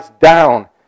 down